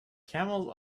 camels